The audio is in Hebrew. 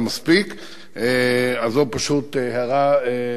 זו פשוט הערה בדרך אגב.